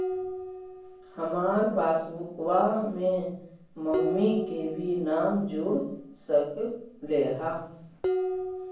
हमार पासबुकवा में मम्मी के भी नाम जुर सकलेहा?